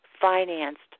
financed